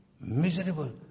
miserable